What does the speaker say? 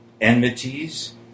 enmities